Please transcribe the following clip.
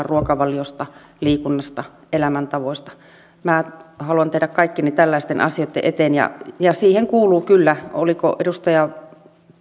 ruokavaliosta liikunnasta elämäntavoista minä haluan tehdä kaikkeni tällaisten asioitten eteen ja ja siihen kuuluu kyllä oliko edustaja